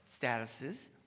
statuses